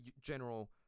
general